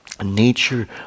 Nature